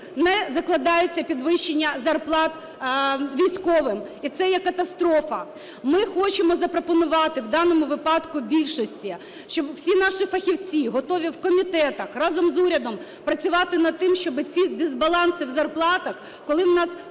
не закладається підвищення зарплат військовим, і це є катастрофа. Ми хочемо запропонувати в даному випадку більшості, що всі наші фахівці готові в комітетах разом з урядом працювати над тим, щоби ці дисбаланси в зарплатах, коли у нас судді,